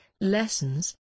lessons